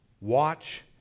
Watch